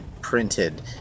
printed